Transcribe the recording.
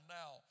now